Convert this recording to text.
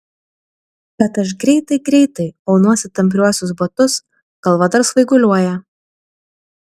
bet aš greitai greitai aunuosi tampriuosius batus galva dar svaiguliuoja